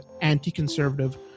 anti-conservative